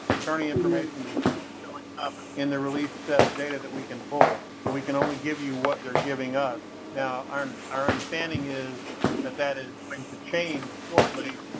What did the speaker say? turning information up in the release set of data that we can pull. so we can only give you what they're giving us. now, our our understanding is that that is going to change shortly.